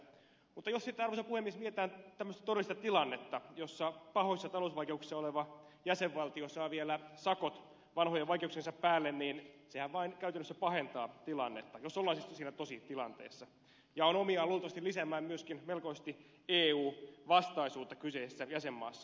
mutta jos sitten arvoisa puhemies mietitään tämmöistä todellista tilannetta jossa pahoissa talousvaikeuksissa oleva jäsenvaltio saa vielä sakot vanhojen vaikeuksiensa päälle niin sehän vain käytännössä pahentaa tilannetta jos ollaan siis siinä tosi tilanteessa ja on omiaan luultavasti lisäämään myöskin melkoisesti eu vastaisuutta kyseisessä jäsenmaassa